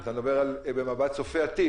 אתה מדבר במבט צופה-עתיד.